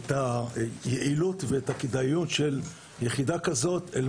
את היעילות ואת הכדאיות של יחידה כזאת אל